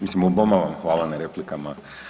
Mislim, oboma vam hvala na replikama.